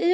Vi